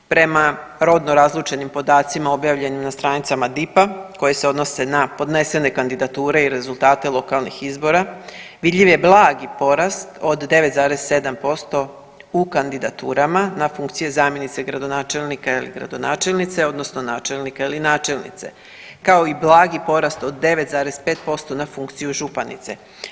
Prema rodno razlučenim podacima objavljenim na stranicama DIP-a koje se odnose na podnesene kandidature i rezultate lokalnih izbora vidljiv je blagi porast od 9,7% u kandidaturama na funkcije zamjenice gradonačelnika ili gradonačelnice odnosno načelnika ili načelnice kao i blagi porast od 9,5% na funkciju županice.